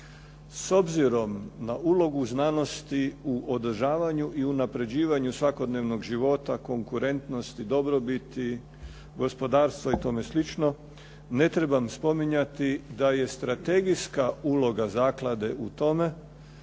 S obzirom na ulogu znanosti u održavanju i unapređivanju svakodnevnog života, konkurentnosti, dobrobiti, gospodarstvu i tome slično. Ne trebam spominjati da je strategijska uloga zaklade u tome